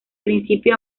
principio